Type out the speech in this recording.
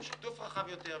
שיתוף רחב יותר,